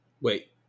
Wait